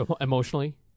Emotionally